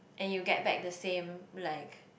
and you get back the same like